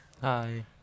Hi